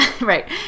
right